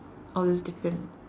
all these different